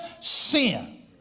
sin